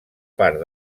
part